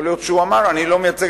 יכול להיות שהוא אמר: אני לא מייצג